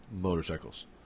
motorcycles